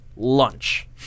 Lunch